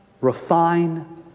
refine